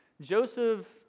Joseph